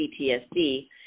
PTSD